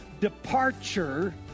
departure